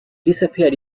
disappeared